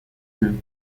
the